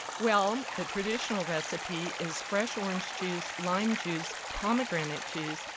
well, the traditional recipe is fresh orange juice, lime juice, pomegranate juice,